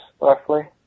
roughly